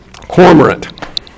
Cormorant